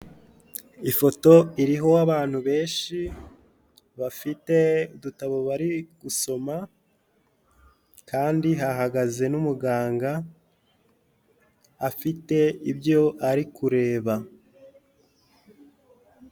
Ifoto iriho abantu benshi bafite udutabo bari gusoma, kandi hahagaze n'umuganga, afite ibyo ari kureba.